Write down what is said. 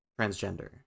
transgender